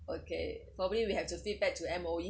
okay probably we have to feedback to M_O_E